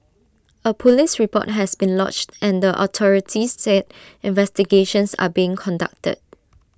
A Police report has been lodged and the authorities said investigations are being conducted